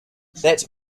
that